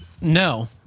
no